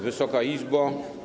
Wysoka Izbo!